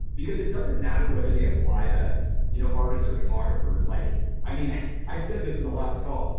because it doesn't matter whether they apply to you know artists or photographers. like i mean i i said this in the last call,